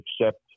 accept